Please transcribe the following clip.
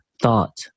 thought